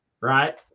right